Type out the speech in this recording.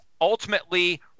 ultimately